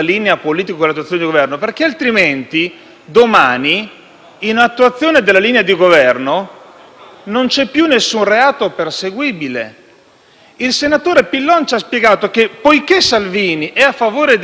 non c'è più nessun reato perseguibile. Il senatore Pillon ci ha spiegato che poiché Salvini è a favore dei respingimenti e della riduzione degli sbarchi, ha fatto bene a non far scendere